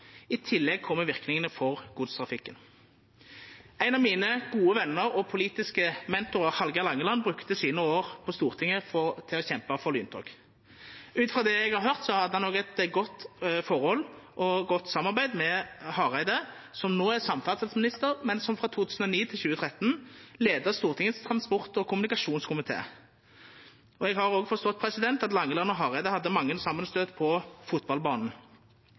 I tillegg kjem verknadene for godstrafikken. Ein av mine gode vener og politiske mentorar, Hallgeir Langeland, brukte sine år på Stortinget til å kjempa for lyntog. Ut frå det eg har høyrt, hadde han òg eit godt forhold til og godt samarbeid med Hareide, som no er samferdselsminister, men som frå 2009–2013 leidde Stortingets transport- og kommunikasjonskomité. Eg har òg forstått at Langeland og Hareide hadde mange samanstøyt på fotballbanen.